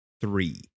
three